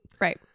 Right